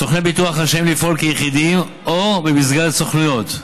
סוכני ביטוח רשאים לפעול כיחידים או במסגרת סוכנויות.